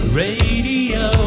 radio